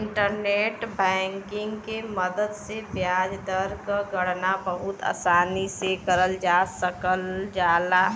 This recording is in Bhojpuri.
इंटरनेट बैंकिंग के मदद से ब्याज दर क गणना बहुत आसानी से करल जा सकल जाला